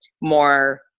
more